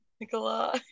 Nicola